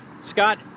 Scott